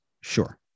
Sure